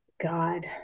God